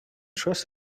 trust